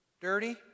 dirty